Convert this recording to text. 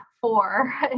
four